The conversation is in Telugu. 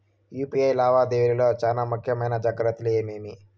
యు.పి.ఐ లావాదేవీల లో చానా ముఖ్యమైన జాగ్రత్తలు ఏమేమి?